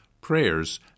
prayers